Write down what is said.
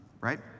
right